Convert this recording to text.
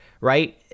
right